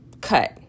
cut